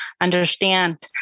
understand